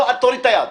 לא, תוריד את היד.